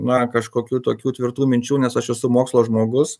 na kažkokių tokių tvirtų minčių nes aš esu mokslo žmogus